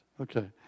Okay